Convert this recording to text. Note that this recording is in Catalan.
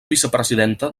vicepresidenta